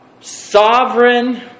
sovereign